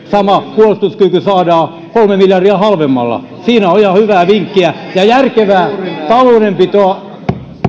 sama puolustuskyky saadaan kolme miljardia halvemmalla siinä on ihan hyvää vinkkiä ja järkevää taloudenpitoa